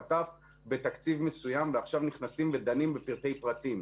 עד ת' בתקציב מסוים ועכשיו נכנסים ודנים בפרטי פרטים,